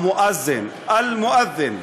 המואזן, אל-מואד'ן.